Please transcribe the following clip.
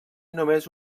només